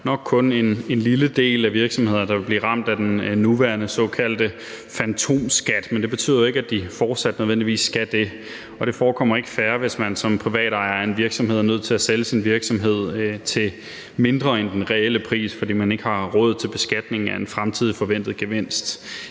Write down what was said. nok kun en lille del af virksomhederne, der vil blive ramt af den nuværende såkaldte fantomskat. Men det betyder jo ikke, at de fortsat nødvendigvis skal det, og det forekommer ikke fair, hvis man som privatejer af en virksomhed er nødt til at sælge sin virksomhed til mindre end den reelle pris, fordi man ikke har råd til beskatningen af en fremtidig forventet gevinst,